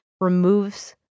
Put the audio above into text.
removes